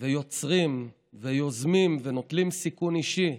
ויוצרים, ויוזמים ונוטלים סיכון אישי,